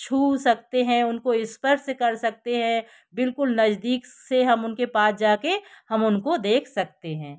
छू सकते हैं उनको स्पर्श कर सकते हैं बिल्कुल नज़दीक से हम उनके पास जा कर हम उनको देख सकते हैं